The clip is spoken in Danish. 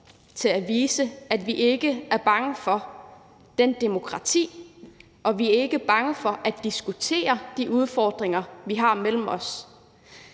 til at vise, at vi ikke er bange for det demokrati, og at vi ikke er bange for at diskutere de udfordringer, vi har mellem os.